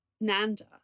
Nanda